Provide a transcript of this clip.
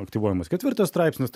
aktyvuojamas ketvirtas straipsnis